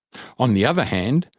on the other hand,